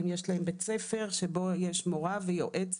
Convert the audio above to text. יש להם בית ספר שבו יש מורה ויועצת,